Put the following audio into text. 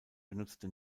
benutzte